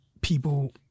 people